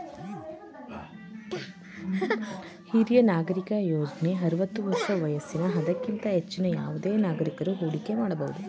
ಹಿರಿಯ ನಾಗರಿಕ ಯೋಜ್ನ ಆರವತ್ತು ವರ್ಷ ವಯಸ್ಸಿನ ಅದಕ್ಕಿಂತ ಹೆಚ್ಚಿನ ಯಾವುದೆ ನಾಗರಿಕಕರು ಹೂಡಿಕೆ ಮಾಡಬಹುದು